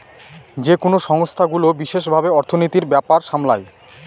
যেকোনো সংস্থাগুলো বিশেষ ভাবে অর্থনীতির ব্যাপার সামলায়